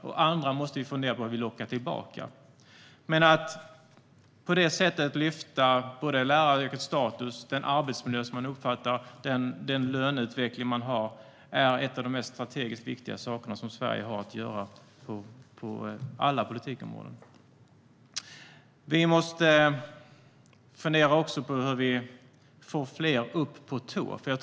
Men vi måste fundera på hur vi ska locka tillbaka andra. Att lyfta läraryrkets status, den arbetsmiljö som man uppfattar och den löneutveckling man har är en av de mest strategiskt viktiga sakerna som Sverige har att göra på alla politikområden. Vi måste också fundera på hur vi ska få fler upp på tå.